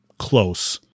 Close